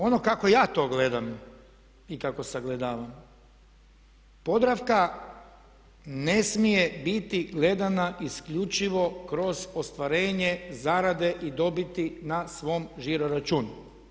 Pa ono kako ja to gledam i kako sagledavam Podravka ne smije biti gledana isključivo kroz ostvarenje zarade i dobiti na svom žiroračunu.